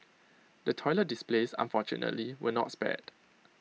the toilet displays unfortunately were not spared